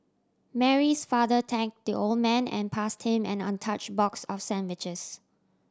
Mary's father thank the old man and passed him an untouch box of sandwiches